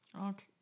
Okay